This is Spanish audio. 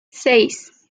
seis